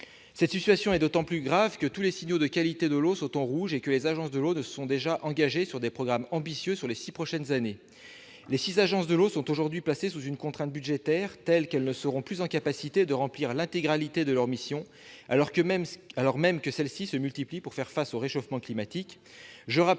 Cette situation est d'autant plus grave que tous les signaux de qualité de l'eau sont au rouge et que les agences de l'eau se sont déjà engagées dans des programmes ambitieux pour les six prochaines années. Les six agences de l'eau subissent aujourd'hui une telle contrainte budgétaire qu'elles ne seront plus en capacité de remplir l'intégralité de leurs missions, alors même que celles-ci se multiplient pour faire face au réchauffement climatique.